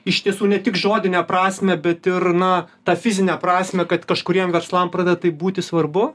iš tiesų ne tik žodinę prasmę bet ir na tą fizinę prasmę kad kažkuriem verslam pradeda tai būti svarbu